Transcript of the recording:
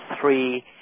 three